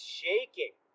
shaking